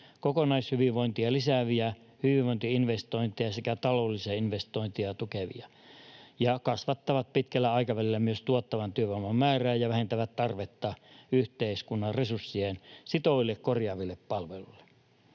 kokonaishyvinvointia lisääviä hyvinvointi-investointeja että taloudellisia investointeja tukevia ja kasvattavat pitkällä aikavälillä myös tuottavan työvoiman määrää ja vähentävät tarvetta yhteiskunnan resursseja sitoville korjaaville palveluille.